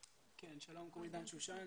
קוראים לי דן שושן,